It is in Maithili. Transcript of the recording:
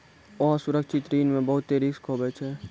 असुरक्षित ऋण मे बहुते रिस्क हुवै छै